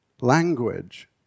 language